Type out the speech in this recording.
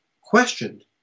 questioned